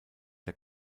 der